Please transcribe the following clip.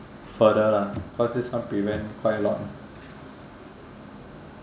further lah cause this one prevent quite a lot